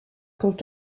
quand